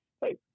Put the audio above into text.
Hey